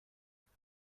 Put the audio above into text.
دوزد